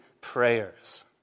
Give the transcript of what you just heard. prayers